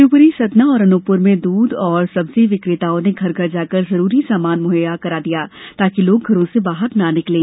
शिवपूरी सतना और अनूपपूर में दूध और सब्जी विकेताओं ने घर घर जाकर जरूरी सामान मुहैया करा दिया है ताकि लोग घरो से ने निकलें